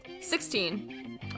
Sixteen